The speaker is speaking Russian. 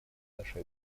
наше